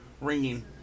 ringing